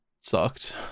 Sucked